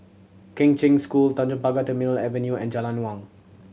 Kheng Cheng School Tanjong Pagar Terminal Avenue and Jalan Naung